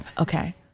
Okay